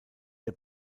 der